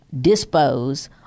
dispose